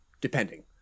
depending